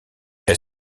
est